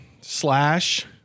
slash